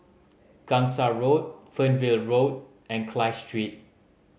Gangsa Road Fernvale Road and Clive Street